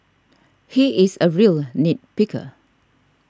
he is a real nit picker